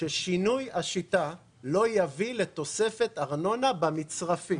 ששינוי השיטה לא יביא לתוספת ארנונה במצרפי.